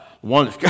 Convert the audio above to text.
One